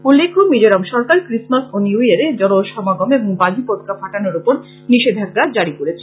উল্লখ্য মিজোরাম সরকার ক্রিষ্টমাস ও নিউ ইয়ারে জনসমাগম এবং বাজি পটকা ফাটানোর ওপর নিষেধাঞ্জা জারী করেছে